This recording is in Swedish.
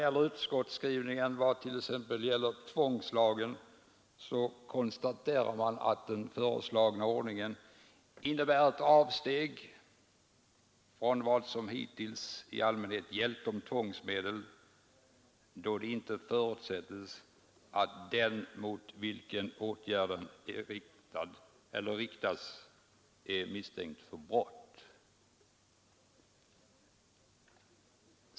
I utskottsskrivningen när det gäller tvångslagen konstateras det att den föreslagna ordningen innebär ett avsteg från vad som hittills i allmänhet gällt om tvångsmedel, då det inte förutsätts att den mot vilken åtgärden riktas är misstänkt för brott.